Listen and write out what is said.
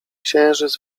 księżyc